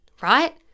right